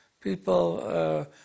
People